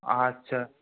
আচ্ছা